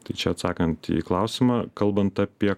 tai čia atsakant į klausimą kalbant apie